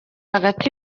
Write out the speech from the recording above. hagati